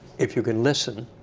if you can listen,